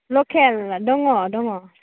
लकेल दङ दङ